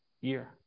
year